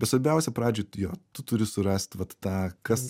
bet svarbiausia pradžioj jo tu turi surast vat tą kas